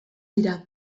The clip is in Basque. dira